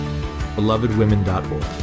BelovedWomen.org